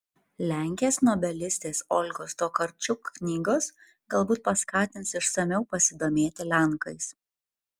lenkės nobelistės olgos tokarčuk knygos galbūt paskatins išsamiau pasidomėti lenkais